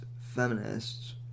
feminists